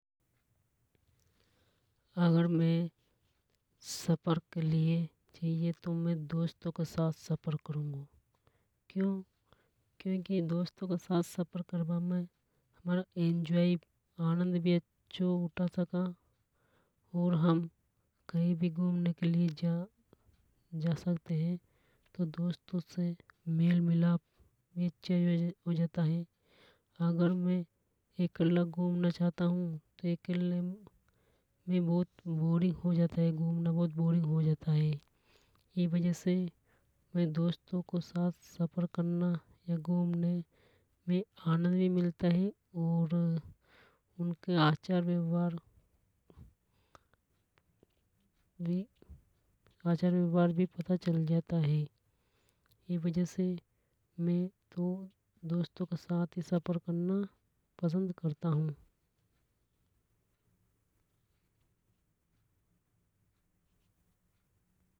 अगर में सफर के लिए चाहिए तो में दोस्तों के साथ सफर करूंगा क्यों। क्योंकि दोस्तो के साथ सफर करबा में एंजॉय आनंद भी अच्छों उठा सका और हम कई भी घूमने के लिए जा सकते है तो दोस्तो से मेल मिलाप भी अच्छा हो जाता हे अगर में इकल्ला घूमना चाहता हूं। तो इकल्ला में बहुत में बहुत बोरिंग हो जाता हे घूमना बहुत बोरिंग हो जाता हे इसलिए में दोस्तों के साथ घूमना में आनंद भी मिलता हे और उनके आचार व्यवहार भी आचार व्यवहार भी पता चल जाता हे। ई वजह से में तो दोस्तो के साथ ही सफर करना पसंद करता हूं।